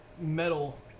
metal